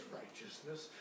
righteousness